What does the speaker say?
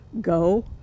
go